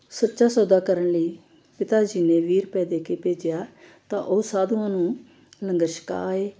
ਸੱਚਾ ਸੌਦਾ ਕਰਨ ਲਈ ਪਿਤਾ ਜੀ ਨੇ ਵੀਹ ਰੁਪਏ ਦੇ ਕੇ ਭੇਜਿਆ ਤਾਂ ਉਹ ਸਾਧੂਆਂ ਨੂੰ ਲੰਗਰ ਛਕਾ ਆਏ